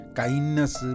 kindness